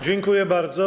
Dziękuję bardzo.